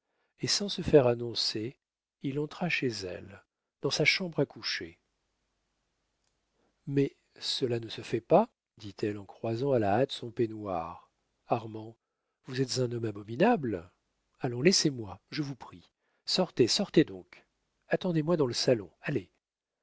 et sans se faire annoncer il entra chez elle dans sa chambre à coucher mais cela ne se fait pas dit-elle en croisant à la hâte son peignoir armand vous êtes un homme abominable allons laissez-moi je vous prie sortez sortez donc attendez-moi dans le salon allez